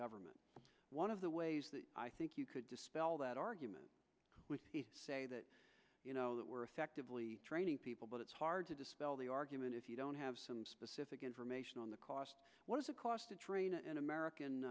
government one of the ways that i think you could dispel that argument say that you know that we're effectively training people but it's hard to dispel the argument if you don't have some specific information on the cost what does it cost to train an american